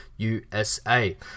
USA